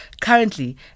currently